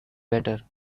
better